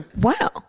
Wow